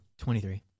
23